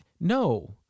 no